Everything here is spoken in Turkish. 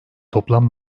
toplam